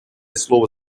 слово